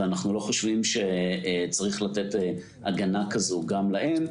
ואנו לא חושבים שצריך לתת הגנה כזו גם להם,